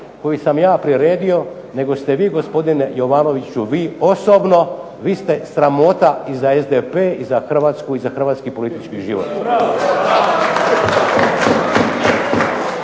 koji sam ja priredio nego ste vi gospodine Jovanoviću, vi osobno, vi ste sramota i za SDP i za Hrvatsku i za hrvatski politički život.